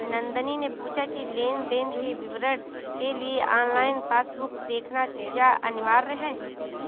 नंदनी ने पूछा की लेन देन के विवरण के लिए ऑनलाइन पासबुक देखना क्या अनिवार्य है?